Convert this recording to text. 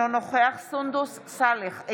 אינו נוכח סונדוס סאלח,